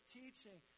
teaching